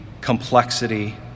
complexity